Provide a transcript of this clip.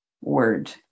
word